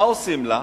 מה עושים לה?